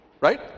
right